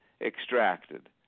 extracted